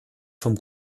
vom